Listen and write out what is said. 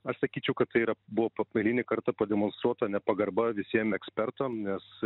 aš sakyčiau kad tai yra buvo eilinį kartą pademonstruota nepagarba visiem ekspertam nes